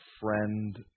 friend